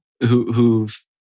who've